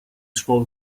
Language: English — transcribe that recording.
scroll